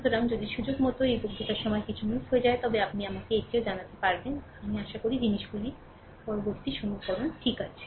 সুতরাং যদি সুযোগমতো এই বক্তৃতার সময় এটি মিস হয় তবে আপনি আমাকে এটিও জানাতে পারবেন যে আমি আশা করি যে জিনিসগুলি পরবর্তী সমীকরণ ঠিক আছে